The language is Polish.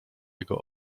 jego